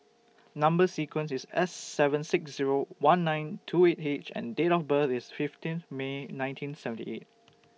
Number sequence IS S seven six Zero one nine two eight H and Date of birth IS fifteen May nineteen seventy eight